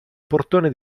portone